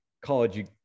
college